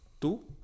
Two